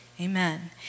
Amen